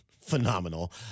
phenomenal